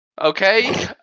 Okay